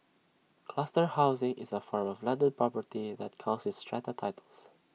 cluster housing is A form of landed property that comes with strata titles